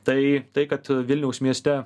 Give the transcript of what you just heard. tai tai kad vilniaus mieste